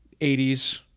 80s